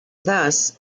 thus